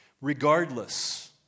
regardless